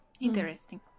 Interesting